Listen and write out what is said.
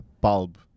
bulb